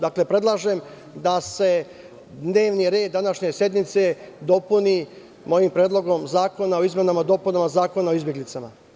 Dakle, predlažem da se dnevni red današnje sednice dopuni mojim predlogom zakona o izmenama i dopunama Zakona o izbeglicama.